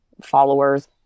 followers